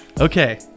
Okay